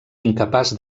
incapaç